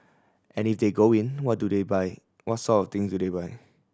and if they go in what do they buy what sort things do they buy